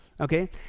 okay